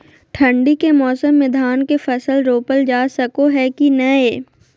ठंडी के मौसम में धान के फसल रोपल जा सको है कि नय?